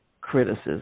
criticism